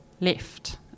left